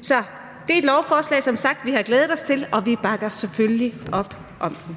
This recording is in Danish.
Så det er et lovforslag, som vi som sagt har glædet os til, og vi bakker selvfølgelig op om det.